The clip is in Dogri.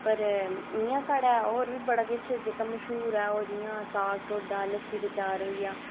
पर इ'यां साढ़ै ओर बी जेह्का बड़ा किश मश्हूर ऐ जि'यां साग ढोडा लस्सी ते चार होई गेआ